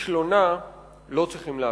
וכישלונה לא צריכים להפתיע,